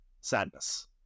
sadness